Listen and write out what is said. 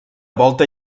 volta